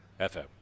FM